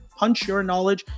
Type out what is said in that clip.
punchyourknowledge